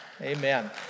Amen